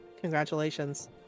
Congratulations